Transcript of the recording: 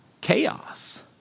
chaos